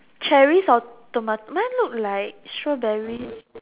cherries or tomato mine look like strawberry